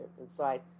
inside